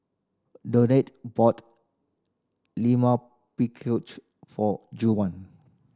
bought for Juwan